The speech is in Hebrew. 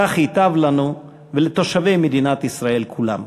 כך ייטב לנו ולתושבי מדינת ישראל, כולם.